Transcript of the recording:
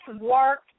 work